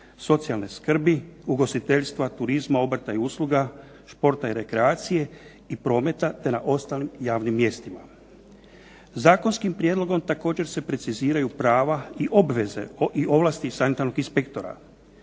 socijalne skrbi, ugostiteljstva, turizma, obrta i usluga, športa i rekreacije i prometa, te na ostalim javnim mjestima. Zakonskim prijedlogom također se preciziraju prava i obveze i ovlasti sanitarnog inspektora.